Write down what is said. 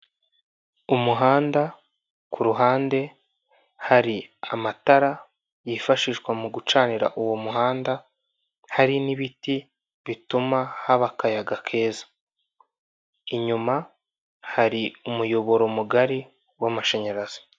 Umuhanda ku ruhande hari amatara yifashishwa mu gucanira uwo muhanda hari n'ibiti bituma haba akayaga keza inyuma hari umuyoboro mugari w'amashanyarazi.